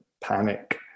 panic